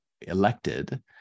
elected